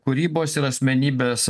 kūrybos ir asmenybės